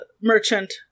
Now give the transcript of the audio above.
merchant